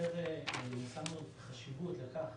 ייחסנו חשיבות לכך